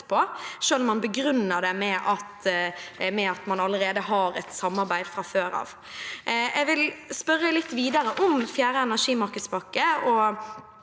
selv om man begrunner det med at man allerede har et samarbeid fra før av. Jeg vil spørre litt videre om fjerde energimarkedspakke.